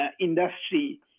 industry